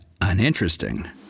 uninteresting